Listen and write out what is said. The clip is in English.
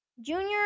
Junior